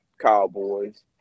Cowboys